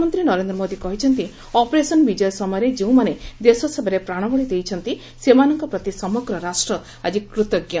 ପ୍ରଧାନମନ୍ତ୍ରୀ ନରେନ୍ଦ୍ର ମୋଦି କହିଛନ୍ତି ଅପରେସନ୍ ବିଜୟ ସମୟରେ ଯେଉଁମାନେ ଦେଶ ସେବାରେ ପ୍ରାଣବଳୀ ଦେଇଛନ୍ତି ସେମାନଙ୍କ ପ୍ରତି ସମଗ୍ର ରାଷ୍ଟ୍ର ଆଜି କୃତଜ୍ଞ